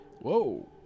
Whoa